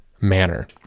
manner